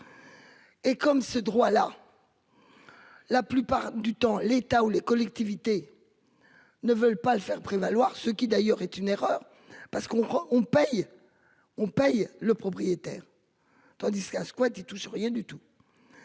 Et comme ce droit là. La plupart du temps l'État ou les collectivités. Ne veulent pas le faire prévaloir, ce qui d'ailleurs est une erreur parce qu'on on paye, on paye le propriétaire. Tandis qu'à squatter touche rien du tout.